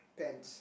pants